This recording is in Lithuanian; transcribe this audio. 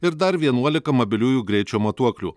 ir dar vienuolika mobiliųjų greičio matuoklių